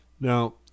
Now